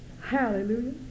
Hallelujah